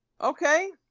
Okay